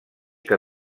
que